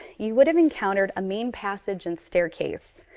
you would have encountered a main passage and staircase,